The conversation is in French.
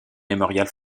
memorial